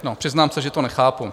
No, přiznám se, že to nechápu.